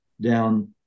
down